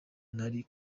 nari